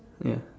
ya